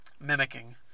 mimicking